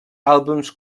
àlbums